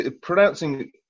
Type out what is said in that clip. Pronouncing